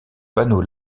panneaux